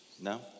No